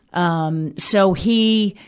um so, he,